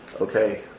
Okay